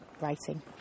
writing